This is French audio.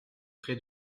pré